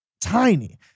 tiny